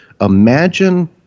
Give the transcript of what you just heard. Imagine